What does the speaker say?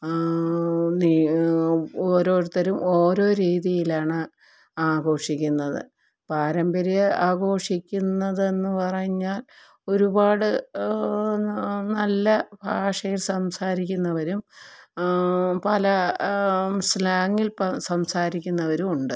നി ഓരോരുത്തരും ഓരോ രീതിയിലാണ് ആഘോഷിക്കുന്നത് പാരമ്പര്യം ആഘോഷിക്കുന്നതെന്നു പറഞ്ഞാൽ ഒരുപാട് നല്ല ഭാഷയിൽ സംസാരിക്കുന്നവരും പല സ്ലാങ്ങിൽ ഇപ്പോൾ സംസാരിക്കുന്നവരും ഉണ്ട്